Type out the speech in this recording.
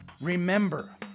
Remember